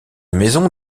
maison